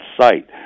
site